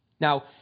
Now